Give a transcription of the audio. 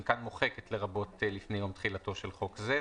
כאן אני מוחק את לרבות לפני יום תחילתו של חוק זה,